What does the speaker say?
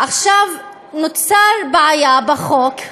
עכשיו, נוצרה בעיה בחוק,